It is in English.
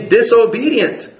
disobedient